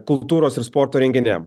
kultūros ir sporto renginiam